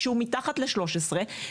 כשהוא מתחת ל-13 שנים,